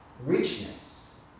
richness